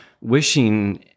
wishing